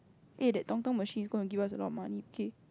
eh that machine is gonna give us a lot of money okay